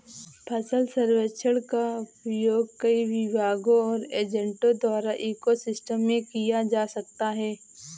फसल सर्वेक्षण का उपयोग कई विभागों और अन्य एजेंटों द्वारा इको सिस्टम में किया जा सकता है